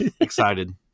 excited